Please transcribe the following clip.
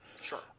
Sure